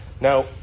Now